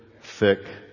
thick